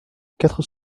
quatre